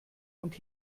und